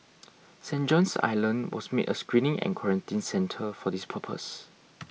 Saint John's Island was made a screening and quarantine centre for this purpose